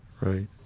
Right